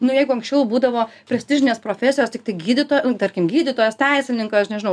nu jeigu anksčiau būdavo prestižinės profesijos tiktai gydytoja nu tarkim gydytojas teisininkas aš nežinau